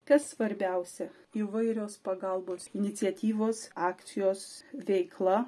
kas svarbiausia įvairios pagalbos iniciatyvos akcijos veikla